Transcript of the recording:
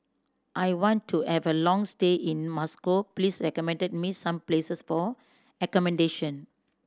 I want to have a long stay in Moscow please recommend me some places for accommodation